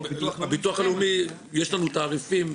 לביטוח הלאומי יש תעריפים.